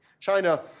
China